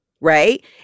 right